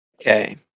Okay